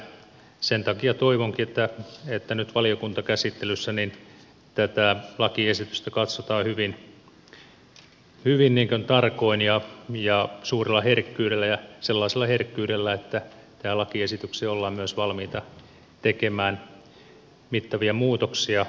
sen takia toivonkin että nyt valiokuntakäsittelyssä tätä lakiesitystä katsotaan hyvin tarkoin ja suurella herkkyydellä ja sellaisella herkkyydellä että tähän lakiesitykseen ollaan myös valmiita tekemään mittavia muutoksia